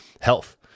health